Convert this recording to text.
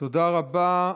תודה רבה.